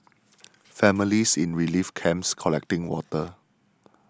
families in relief camps collecting water